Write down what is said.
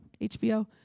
hbo